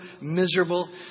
miserable